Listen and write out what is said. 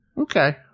Okay